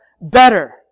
better